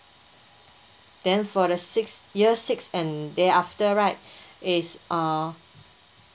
then for the sixth year six and thereafter right is uh